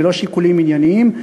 ולא שיקולים ענייניים.